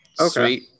okay